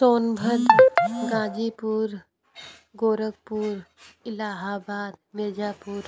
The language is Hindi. सोनभद्र गाजीपुर गोरखपुर इलाहाबाद मिर्ज़ापुर